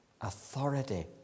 authority